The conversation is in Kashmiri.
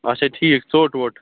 اَچھا ٹھیٖک ژوٚٹ ووٚٹ